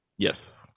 Yes